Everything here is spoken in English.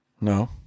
No